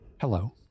Hello